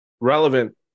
relevant